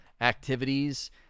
activities